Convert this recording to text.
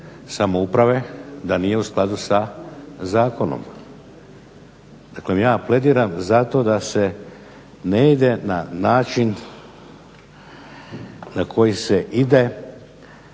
samouprave da nije u skladu sa zakonom. Dakle, ja plediram zato da se ne ide na način na koji se ide